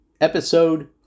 episode